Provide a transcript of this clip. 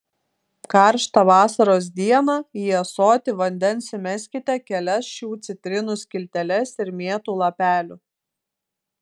karštą vasaros dieną į ąsotį vandens įmeskite kelias šių citrinų skilteles ir mėtų lapelių